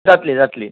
जातली जातली